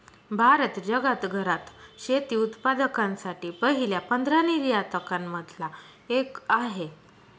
भारत जगात घरात शेती उत्पादकांसाठी पहिल्या पंधरा निर्यातकां न मधला एक आहे